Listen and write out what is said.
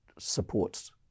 supports